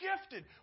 gifted